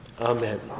Amen